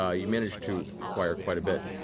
ah you manage to acquire quite a bit.